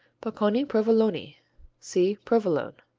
bocconi provoloni see provolone.